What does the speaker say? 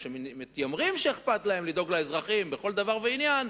או שמתיימרים שאכפת להם לדאוג לאזרחים בכל דבר ועניין,